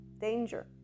danger